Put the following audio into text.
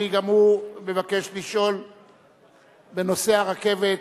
גם אדוני מבקש לשאול בנושא הרכבת